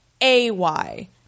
A-Y